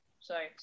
sorry